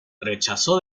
rechazó